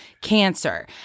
cancer